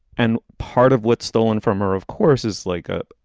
and part of what's stolen from her, of course, is like a,